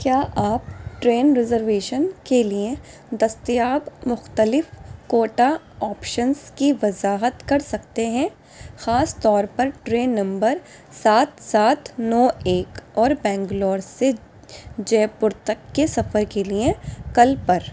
کیا آپ train reservation کے لئے دستیاب مختلف کوٹہ آپشنز کی وضاحت کر سکتے ہیں خاص طور پر ٹرین نمبر سات سات نو ایک اور بنگلور سے جےپور تک کے سفر کے لئے کل پر